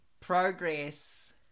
Progress